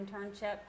internship